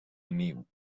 niu